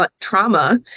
trauma